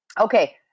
Okay